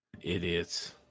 idiots